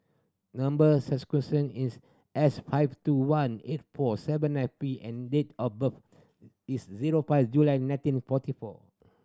number is S five two one eight four seven nine P and date of birth is zero five July nineteen forty four